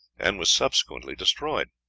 and was subsequently destroyed.